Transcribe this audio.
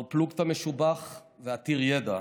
בר-פלוגתא משובח ועתיר ידע.